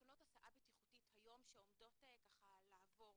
תקנות הסעה בטיחותית היום שעומדות לעבור